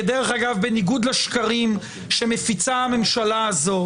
בניגוד לשקרים שמפיצה הממשלה הזו.